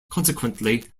consequently